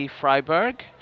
Freiburg